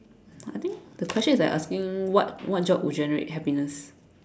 I think the question is like asking what what job will generate happiness